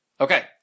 Okay